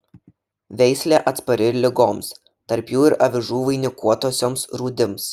veislė atspari ligoms tarp jų ir avižų vainikuotosioms rūdims